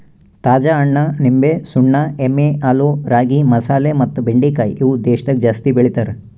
ತಾಜಾ ಹಣ್ಣ, ನಿಂಬೆ, ಸುಣ್ಣ, ಎಮ್ಮಿ ಹಾಲು, ರಾಗಿ, ಮಸಾಲೆ ಮತ್ತ ಬೆಂಡಿಕಾಯಿ ಇವು ದೇಶದಾಗ ಜಾಸ್ತಿ ಬೆಳಿತಾರ್